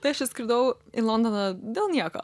tai aš čia skridau į londoną dėl nieko